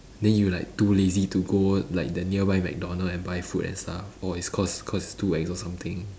then you like too lazy to go like the nearby mcdonald's and buy food and stuff or it's cause cause it's too ex or something